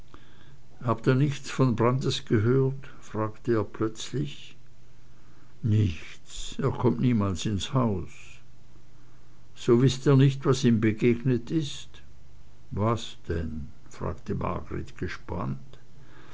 habt ihr nichts von brandis gehört fragte er plötzlich nichts er kommt niemals hier ins haus so wißt ihr nicht was ihm begegnet ist was denn fragte margreth gespannt